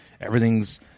everything's